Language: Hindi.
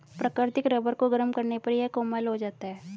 प्राकृतिक रबर को गरम करने पर यह कोमल हो जाता है